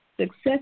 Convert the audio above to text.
success